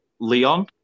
Leon